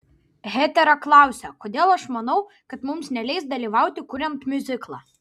hetera klausia kodėl aš manau kad mums neleis dalyvauti kuriant miuziklą